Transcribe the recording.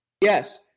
Yes